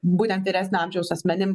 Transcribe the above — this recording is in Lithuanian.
būtent vyresnio amžiaus asmenim